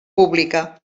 pública